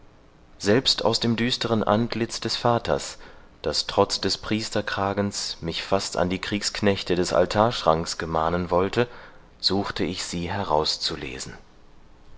selbst aus dem düsteren antlitz des vaters das trotz des priesterkragens mich fast an die kriegsknechte des altarschranks gemahnen wollte suchte ich sie herauszulesen